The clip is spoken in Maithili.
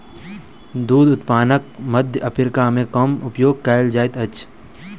दूध उत्पादनक मध्य अफ्रीका मे कम उपयोग कयल जाइत अछि